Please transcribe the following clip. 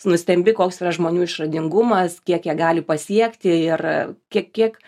nustembi koks yra žmonių išradingumas kiek jie gali pasiekti ir kiek kiek